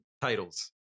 titles